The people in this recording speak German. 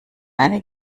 eine